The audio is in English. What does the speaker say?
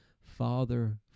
Father